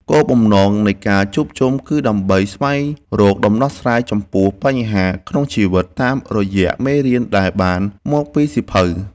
គោលបំណងនៃការជួបជុំគឺដើម្បីស្វែងរកដំណោះស្រាយចំពោះបញ្ហាក្នុងជីវិតតាមរយៈមេរៀនដែលបានមកពីសៀវភៅ។